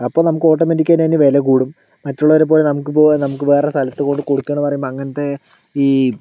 അപ്പോൾ നമ്മൾക്ക് ഓട്ടോമാറ്റിക്കായി ആയിട്ട് അതിൻറെ വില കൂടും മറ്റുള്ളവരെപ്പോലെ നമ്മൾക്ക് വേറെ സ്ഥലത്ത് കൊണ്ട് കൊടുക്കണമെന്ന് പറയുമ്പോൾ അങ്ങനത്തെ ഈ